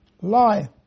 Lie